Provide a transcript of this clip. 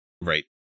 Right